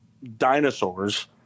dinosaurs